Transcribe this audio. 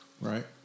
right